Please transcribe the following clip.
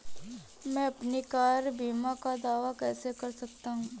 मैं अपनी कार बीमा का दावा कैसे कर सकता हूं?